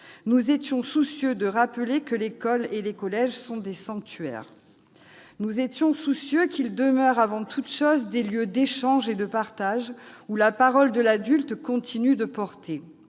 Nous étions soucieux de rappeler que l'école et les collèges sont des sanctuaires et qu'ils demeurent, avant toute chose, des lieux d'échange et de partage, où la parole de l'adulte continue de porter.